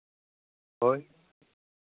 ᱦᱳᱭ